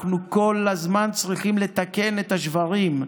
אנחנו כל הזמן צריכים לתקן את השברים.